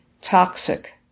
toxic